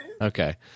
Okay